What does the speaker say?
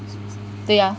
对呀